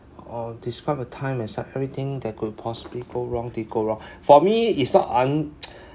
or describe a time as that everything that could possibly go wrong did go wrong for me it's not un~